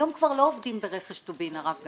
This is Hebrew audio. היום כבר לא עובדים ברכש טובין, הרב גפני,